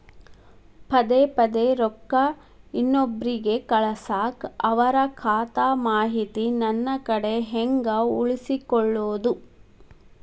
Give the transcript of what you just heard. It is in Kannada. ಪದೆ ಪದೇ ರೊಕ್ಕ ಇನ್ನೊಬ್ರಿಗೆ ಕಳಸಾಕ್ ಅವರ ಖಾತಾ ಮಾಹಿತಿ ನನ್ನ ಕಡೆ ಹೆಂಗ್ ಉಳಿಸಿಕೊಳ್ಳೋದು?